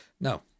No